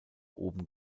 oben